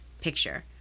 picture